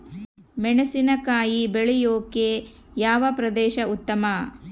ಮೆಣಸಿನಕಾಯಿ ಬೆಳೆಯೊಕೆ ಯಾವ ಪ್ರದೇಶ ಉತ್ತಮ?